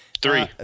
three